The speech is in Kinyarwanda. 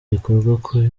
gikorwa